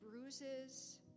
bruises